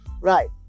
Right